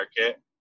market